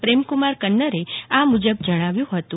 પમ્કુમાર કન્નરે આ મુજબ જણાવ્યું હતું